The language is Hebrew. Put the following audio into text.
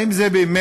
האם זה באמת,